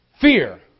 Fear